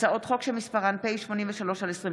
הצעות חוק שמספרן פ/83/24